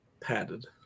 padded